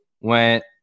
went